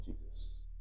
Jesus